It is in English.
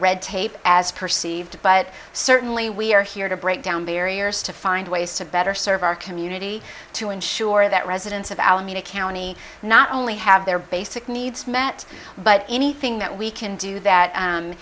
red tape as perceived but certainly we are here to break down barriers to find ways to better serve our community to ensure that residents of alameda county not only have their basic needs met but anything that we can do that